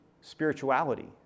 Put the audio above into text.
spirituality